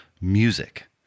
music